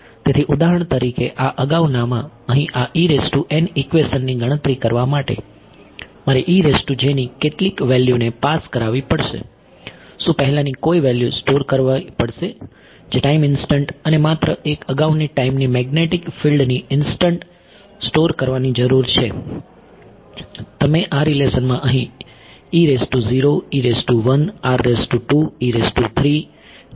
તેથી ઉદાહરણ તરીકે આ અગાઉનામાં અહીં આ ઇક્વેશનની ગણતરી કરવા માટે મારે ની કેટલી વેલ્યુને પાસ કરાવી પડશે શું પહેલાની કોઈ વેલ્યુ સ્ટોર કરવી પડશે જે ટાઈમ ઈન્સ્ટંટ અને માત્ર એક અગાઉની ટાઈમની મેગ્નેટીક ફિલ્ડની ઈન્સ્ટંટ સ્ટોર કરવાની જરૂર છે તમે આ રીલેશનમાં અહીં જોઈ શકતા નથી